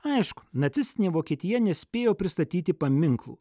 aišku nacistinė vokietija nespėjo pristatyti paminklų